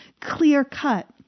clear-cut